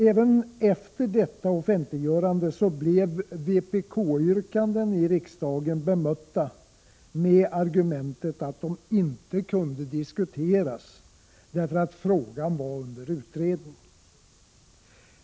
Även efter detta offentliggörande blev vpk-yrkanden i riksdagen bemötta med argumentet att de inte kunde diskuteras, därför att frågan var under utredning.